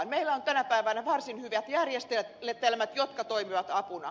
meillä on tänä päivänä varsin hyvät järjestelmät jotka toimivat apuna